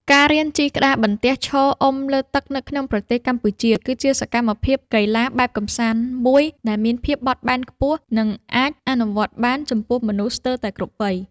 ការរៀនជិះក្តារបន្ទះឈរអុំលើទឹកនៅក្នុងប្រទេសកម្ពុជា គឺជាសកម្មភាពកីឡាបែបកម្សាន្តមួយដែលមានភាពបត់បែនខ្ពស់ និងអាចអនុវត្តបានចំពោះមនុស្សស្ទើរតែគ្រប់វ័យ។